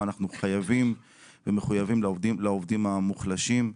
אנחנו חייבים ומחויבים לעובדים המוחלשים.